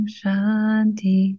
Shanti